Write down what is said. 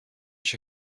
cię